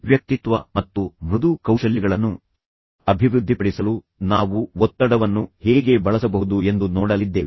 ವ್ಯಕ್ತಿತ್ವವನ್ನು ಅಭಿವೃದ್ಧಿಪಡಿಸಲು ಮತ್ತು ಮೃದು ಕೌಶಲ್ಯಗಳನ್ನು ಅಭಿವೃದ್ಧಿಪಡಿಸಲು ನಾವು ಒತ್ತಡವನ್ನು ಹೇಗೆ ಬಳಸಬಹುದು ಎಂದು ನೋಡಲಿದ್ದೇವೆ